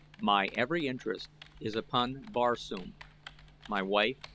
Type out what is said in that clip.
my every interest is upon barsoom my wife,